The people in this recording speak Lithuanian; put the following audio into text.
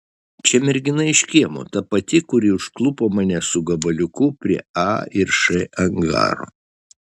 čia mergina iš kiemo ta pati kuri užklupo mane su gabaliuku prie a ir š angaro